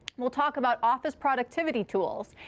we'll talk about office productivity tools,